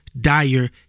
dire